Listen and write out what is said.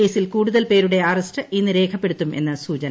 കേസിൽ കൂടുതൽ പേരുടെ അറസ്റ്റ് ഇന്ന് രേഖപ്പെടുത്തുമെന്ന് സൂചന